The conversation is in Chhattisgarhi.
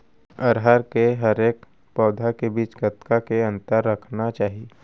अरहर के हरेक पौधा के बीच कतना के अंतर रखना चाही?